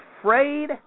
afraid